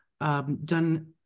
done